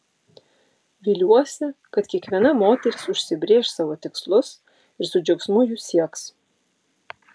viliuosi kad kiekviena moteris užsibrėš savo tikslus ir su džiaugsmu jų sieks